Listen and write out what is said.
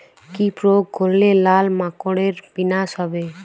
কি প্রয়োগ করলে লাল মাকড়ের বিনাশ হবে?